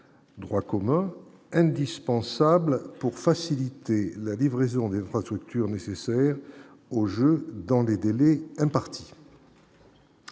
droit commun indispensable pour faciliter la livraison des trois tout lecture nécessaire au jeu dans les délais impartis.